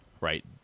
right